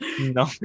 no